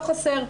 ולא חסר.